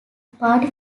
party